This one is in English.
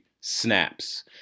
snaps